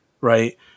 right